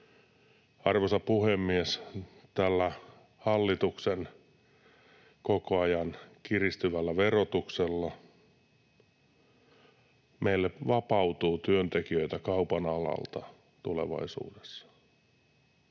Arvoisa puhemies! Tällä hallituksen koko ajan kiristyvällä verotuksella meille vapautuu työntekijöitä kaupan alalta tulevaisuudessa.